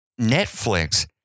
Netflix